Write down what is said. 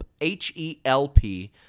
H-E-L-P